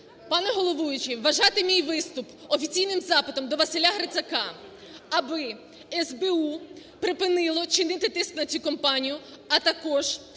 пане головуючий, вважати мій виступ офіційним запитом до Василя Грицака аби СБУ припинило чинити тиск на цю компанію, а також